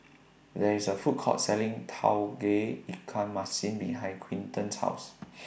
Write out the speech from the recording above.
There IS A Food Court Selling Tauge Ikan Masin behind Quinten's House